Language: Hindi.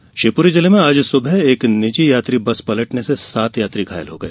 हादसा शिवपुरी जिले में आज सुबह एक निजी यात्री बस पलटने से सात यात्री घायल हो गए